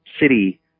city